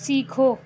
سیکھو